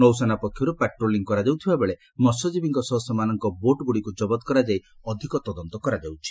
ନୌସେନା ପକ୍ଷରୁ ପାଟ୍ରୋଲିଂ କରାଯାଉଥିବାବେଳେ ମହ୍ୟଜୀବୀଙ୍କ ସହ ସେମାନଙ୍କ ବୋଟ୍ଗୁଡ଼ିକୁ କବତ କରାଯାଇ ଅଧିକ ତଦନ୍ତ କରାଯାଉଛି